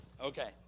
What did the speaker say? Okay